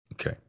Okay